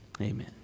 Amen